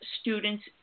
Students